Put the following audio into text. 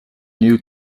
new